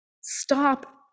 stop